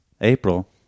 April